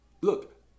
look